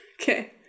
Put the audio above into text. Okay